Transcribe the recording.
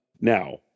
Now